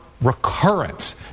recurrence